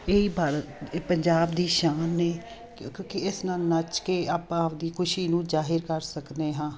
ਇਹੀ ਭਾਰਤ ਇਹ ਪੰਜਾਬ ਦੀ ਸ਼ਾਨ ਨੇ ਕਿਉਂਕਿ ਇਸ ਨਾਲ ਨੱਚ ਕੇ ਆਪਾਂ ਆਪਦੀ ਖੁਸ਼ੀ ਨੂੰ ਜ਼ਾਹਿਰ ਕਰ ਸਕਦੇ ਹਾਂ